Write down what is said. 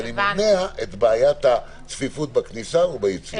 אז אני מונע את בעיית הצפיפות בכניסה וביציאה.